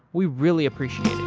we really appreciate it